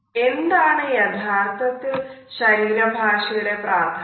എന്താണ് യഥാർത്ഥത്തിൽ ശരീര ഭാഷയുടെ പ്രാധാന്യം